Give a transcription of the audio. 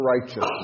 righteousness